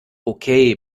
okay